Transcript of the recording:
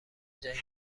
جنگل